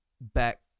back